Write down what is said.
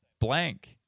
Blank